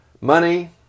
money